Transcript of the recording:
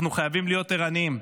אנחנו חייבים להיות ערניים.